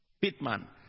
Pitman